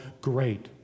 great